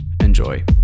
Enjoy